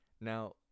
now